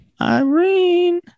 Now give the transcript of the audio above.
Irene